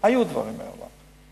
היו דברים מעולם.